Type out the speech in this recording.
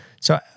So-